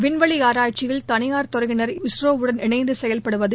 விண்வெளி ஆராய்ச்சியில் தனியார் துறையினர் இஸ்ரோவுடன் இணைந்து செயல்படுவது